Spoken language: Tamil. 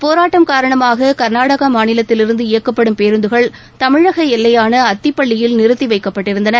போராட்டம் காரணமாக கர்நாடக மாநிலத்திலிருந்து இயக்கப்படும் பேருந்துகள் தமிழக எல்லையான இந்த அத்திப்பள்ளியில் நிறுத்தி வைக்கப்பட்டிருந்தன